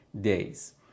days